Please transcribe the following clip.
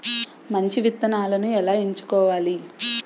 మంచి విత్తనాలను ఎలా ఎంచుకోవాలి?